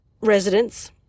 residents